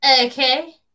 okay